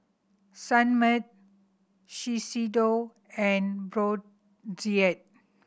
Sunmaid Shiseido and Brotzeit